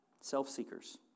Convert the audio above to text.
Self-seekers